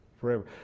Forever